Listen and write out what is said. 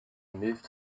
moved